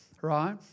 right